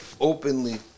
openly